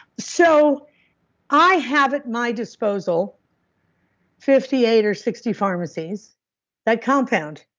so i have at my disposal fifty eight or sixty pharmacies that compound.